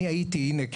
הנה,